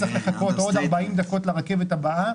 צריכים לחכות עוד 40 דקות לרכבת הבאה.